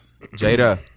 jada